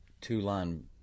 two-line